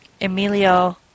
Emilio